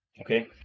okay